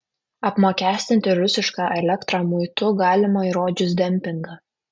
apmokestinti rusišką elektrą muitu galima įrodžius dempingą